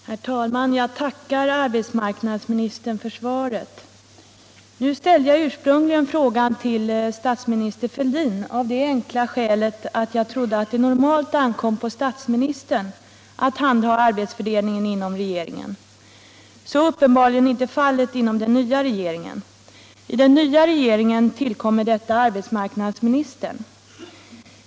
Herr talman! Jag tackar arbetsmarknadsministern för svaret. Jag ställde ursprungligen frågan till statsminister Fälldin av det enkla skälet att jag trodde att det normalt ankom på statsministern att handha arbetsfördelningen inom regeringen. Så är uppenbarligen inte fallet inom den nya regeringen. I den nya regeringen tillkommer detta arbetsmarknadsministern.